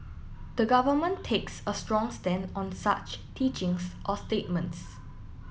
the government takes a strong stand on such teachings or statements